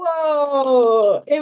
Whoa